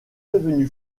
devenu